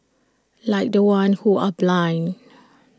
like the ones who are blind